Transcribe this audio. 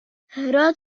hrot